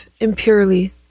impurely